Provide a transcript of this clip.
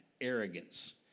arrogance